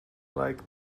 like